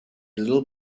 little